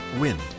Wind